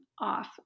off